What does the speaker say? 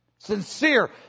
sincere